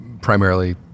primarily